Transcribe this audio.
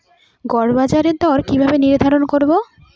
গড় বাজার দর কিভাবে নির্ধারণ করব?